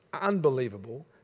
unbelievable